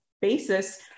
basis